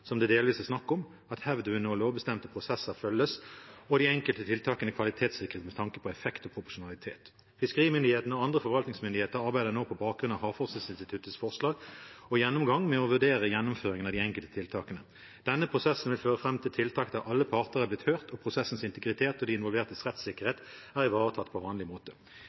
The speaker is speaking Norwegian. som det delvis er snakk om – at hevdvunne og lovbestemte prosesser følges, og at de enkelte tiltakene kvalitetssikres med tanke på effekt og proporsjonalitet. Fiskerimyndighetene og andre forvaltningsmyndigheter arbeider nå på bakgrunn av Havforskningsinstituttets forslag og gjennomgang med å vurdere gjennomføring av de enkelte tiltakene. Denne prosessen vil føre fram til tiltak der alle parter er blitt hørt og prosessens integritet og de involvertes rettssikkerhet er ivaretatt på vanlig måte.